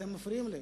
אתם מפריעים לי.